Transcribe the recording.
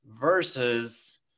versus